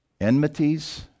enmities